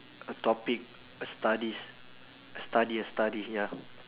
a topic a studies a study a study ya